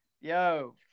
Yo